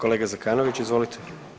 Kolega Zekanović, izvolite.